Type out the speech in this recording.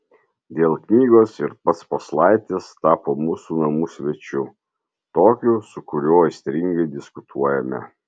dėl knygos ir pats paslaitis tapo mūsų namų svečiu tokiu su kuriuo aistringai diskutuojame